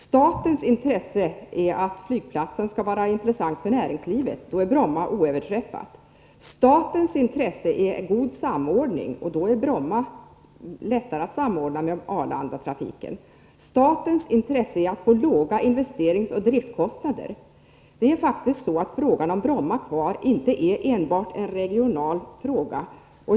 Statens intresse är att flygplatsen skall vara intressant för näringslivet, och då är Bromma oöverträffat. Statens intresse är god samordning, och då är Bromma lättare att samordna med Arlandatrafiken. Statens intresse är att få låga investeringsoch driftkostnader. Det är faktiskt så att frågan om att ha Bromma kvar inte är enbart en regional fråga.